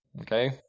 okay